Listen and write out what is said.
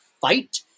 fight